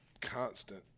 constant